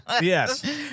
Yes